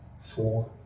four